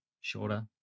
shorter